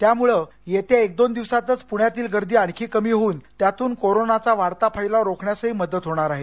त्यामुळं येत्या एक दोन दिवसांतच पुण्यातील गर्दी आणखी कमी होऊन त्यातून कोरोनाचा वाढत फैलाव रोखण्यासही मदत होणार आहे